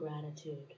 gratitude